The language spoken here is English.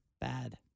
Bad